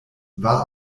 war